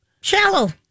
shallow